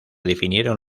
definieron